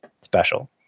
special